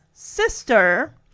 sister